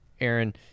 Aaron